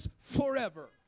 forever